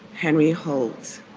henry holt,